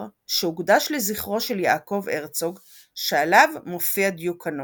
שהוקדש לזכרו של יעקב הרצוג שעליו מופיע דיוקנו.